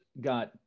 got